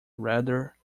rather